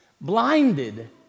Blinded